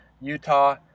Utah